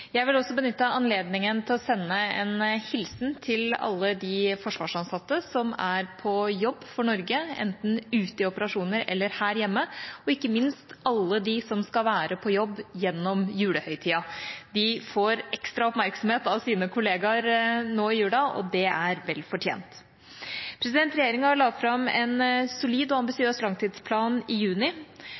Jeg vil også benytte anledningen til å sende en hilsen til alle de forsvarsansatte som er på jobb for Norge, enten ute i operasjoner eller her hjemme, og ikke minst alle dem som skal være på jobb gjennom julehøytiden. De får ekstra oppmerksomhet av sine kollegaer nå i jula, og det er vel fortjent. Regjeringa la fram en solid og ambisiøs langtidsplan i juni.